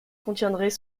contiendrait